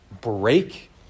break